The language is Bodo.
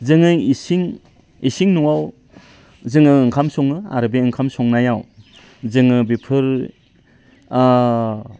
जोङो इसिं इसिं न'आव जोङो ओंखाम सङो आरो बे ओंखाम संनायाव जोङो बेफोर